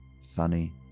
Sunny